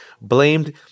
blamed